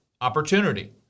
opportunity